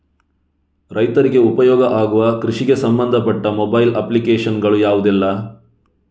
ರೈತರಿಗೆ ಉಪಯೋಗ ಆಗುವ ಕೃಷಿಗೆ ಸಂಬಂಧಪಟ್ಟ ಮೊಬೈಲ್ ಅಪ್ಲಿಕೇಶನ್ ಗಳು ಯಾವುದೆಲ್ಲ?